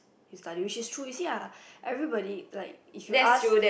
you study which true lah you see ah everybody like if you ask